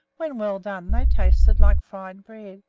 when well done they tasted like fried bread,